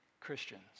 Christians